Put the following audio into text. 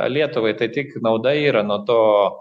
lietuvai tai tik nauda yra nuo to